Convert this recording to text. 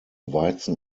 weizen